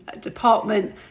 department